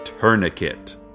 Tourniquet